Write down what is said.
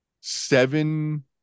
seven